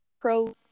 pro